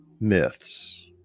myths